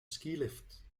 skilift